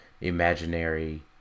imaginary